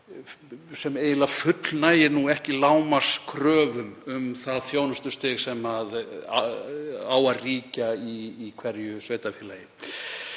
eiginlega ekki lágmarkskröfum um það þjónustustig sem á að ríkja í hverju sveitarfélagi.